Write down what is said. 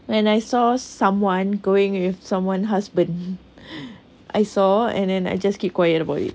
when I saw someone going with someone husband I saw and then I just keep quiet about it